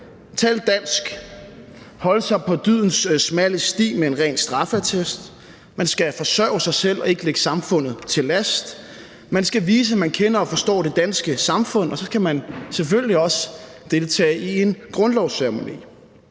tale dansk, holde sig på dydens smalle sti med en ren straffeattest, man skal forsørge sig selv og ikke ligge samfundet til last, man skal vise, at man kender og forstår det danske samfund, og så skal man selvfølgelig også deltage i en grundlovsceremoni.